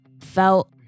felt